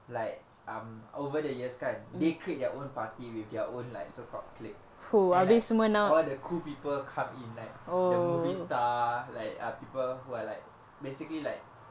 like um over the years kan they create their own party with their own like so called clique and like all the cool people come in like the movie star like ah people who are like basically like